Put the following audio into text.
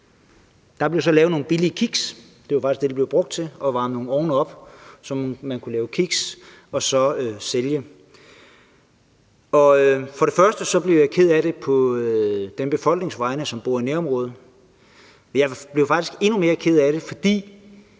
Der blev så lavet nogle billige kiks; det var faktisk det, det blev brugt til, altså at varme nogle ovne op, så man kunne lave kiks, som man så kunne sælge. Først blev jeg ked af det på vegne af den befolkning, som bor i nærområdet, men jeg blev faktisk endnu mere ked af det, fordi